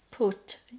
Put